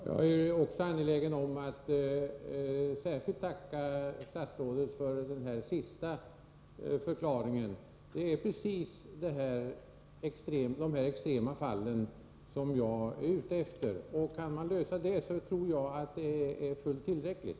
Herr talman! Jag är också angelägen att särskilt tacka statsrådet för den senaste förklaringen. Det är just de extrema fallen jag är ute efter. Kan man lösa problemen med dem tror jag det är fullt tillräckligt.